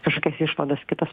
kažkokias išvadas kitas